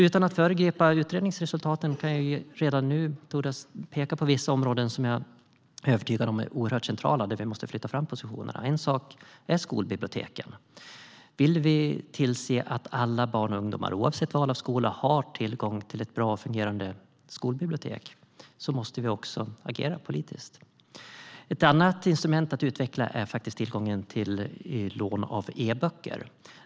Utan att föregripa utredningsresultaten tänker jag redan nu peka på några centrala områden där vi måste flytta fram positionerna. Ett sådant område är skolbiblioteken. Vill vi se till att alla barn och ungdomar oavsett val av skola har tillgång till ett bra och fungerande skolbibliotek måste vi agera politiskt. Ett annat instrument att utveckla är tillgången till lån av e-böcker.